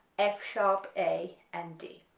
f sharp, a, and d,